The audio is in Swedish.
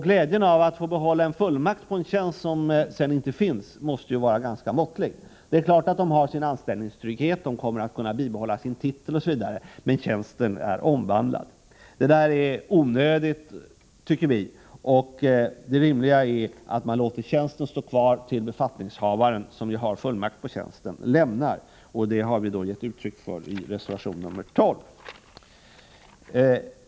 Glädjen av att få behålla en fullmakt på en tjänst som inte finns måste vara ganska måttlig. Det är klart att de har sin anställningstrygghet, de kommer att kunna bibehålla sin titel osv., men tjänsten är omvandlad. Det är onödigt, tycker vi. Det rimliga är att man låter tjänsten stå kvar tills befattningshavaren, som har fullmakt på tjänsten, lämnar den. Det har vi gett uttryck för i reservation nr 12.